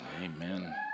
Amen